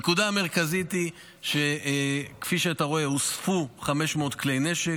הנקודה המרכזית היא שכפי שאתה רואה הוספו 500 כלי נשק.